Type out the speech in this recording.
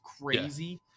crazy